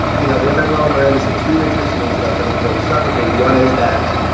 you know, limited. well, miranda said two interesting things about that have really stuck with me. one is that,